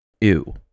Ew